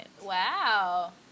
Wow